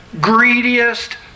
greediest